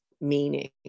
meaning